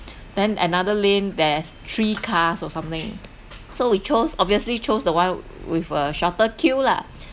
then another lane there's three cars or something so we chose obviously chose the one with a shorter queue lah